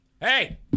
Hey